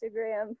Instagram